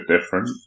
different